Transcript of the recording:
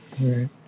Right